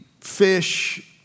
fish